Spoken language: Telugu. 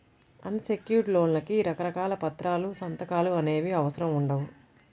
అన్ సెక్యుర్డ్ లోన్లకి రకరకాల పత్రాలు, సంతకాలు అనేవి అవసరం ఉండవు